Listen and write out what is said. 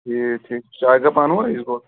ٹھیٖک ٹھیٖک چایہِ کپ اَنوا أسۍ گۅڈِٕ